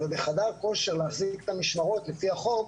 בחדר כושר להחזיק את המשמרות לפי החוק,